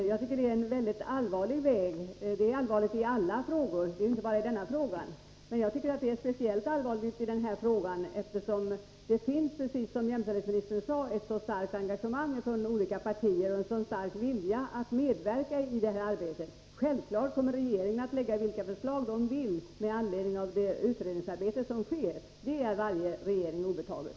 Det är mycket allvarligt att man väljer den vägen. Det är allvarligt i alla frågor men speciellt i denna — eftersom det här, precis som jämställdhetsministern sade, finns ett mycket starkt engagemang från olika partier och en stark vilja att medverka i arbetet. Regeringen lägger självfallet fram vilka förslag den vill med anledning av det utredningsarbete som bedrivs — det är varje regering obetaget.